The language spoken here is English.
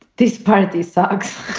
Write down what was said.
this party sucks